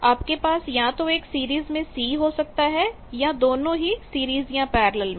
आपके पास या तो एक सीरीज में C हो सकता है या दोनों ही सीरीज या पैरलल में